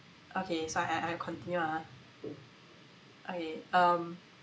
okay so I I continue ah I um